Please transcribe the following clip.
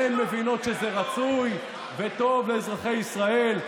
הן מבינות שזה רצוי וטוב לאזרחי ישראל.